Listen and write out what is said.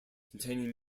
containing